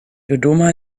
dodoma